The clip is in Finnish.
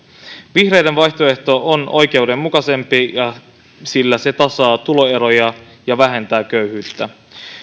vihreiden vaihtoehto on oikeudenmukaisempi sillä se tasaa tuloeroja ja vähentää köyhyyttä